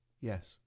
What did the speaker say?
Yes